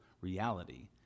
reality